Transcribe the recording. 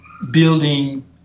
building